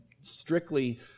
strictly